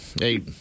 Hey